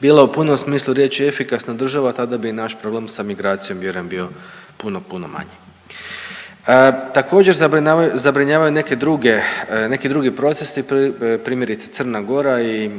bila u punom smislu riječi efikasna država, tada bi i naš problem sa migracijom, vjerujem, bio puno, puno manji. Također, zabrinjavaju i neki drugi procesi, primjerice Crna Gora i